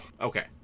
Okay